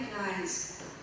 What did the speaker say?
recognize